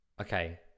Okay